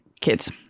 kids